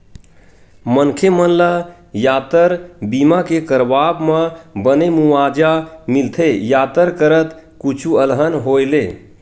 मनखे मन ल यातर बीमा के करवाब म बने मुवाजा मिलथे यातर करत कुछु अलहन होय ले